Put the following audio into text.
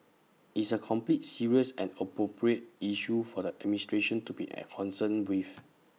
it's A complete serious and appropriate issue for the administration to be at concerned with